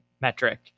metric